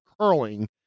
curling